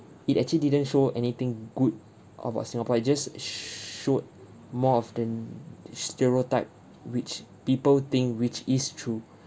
it actually didn't show anything good about singapore it just showed more often stereotype which people think which is true